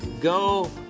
go